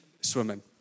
swimming